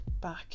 back